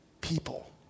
people